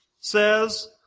says